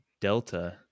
Delta